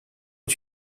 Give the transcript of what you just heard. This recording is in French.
est